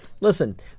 listen